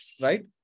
right